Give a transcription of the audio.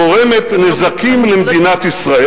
שהיא גורמת נזקים למדינת ישראל.